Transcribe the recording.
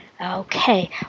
Okay